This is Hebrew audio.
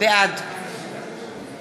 בעד